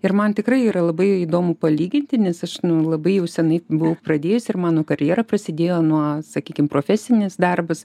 ir man tikrai yra labai įdomu palyginti nes aš nu labai jau senai buvau pradėjus ir mano karjera prasidėjo nuo sakykim profesinis darbas